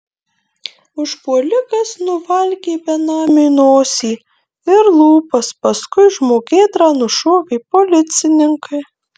užpuolikas nuvalgė benamiui nosį ir lūpas paskui žmogėdrą nušovė policininkai